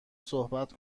صحبت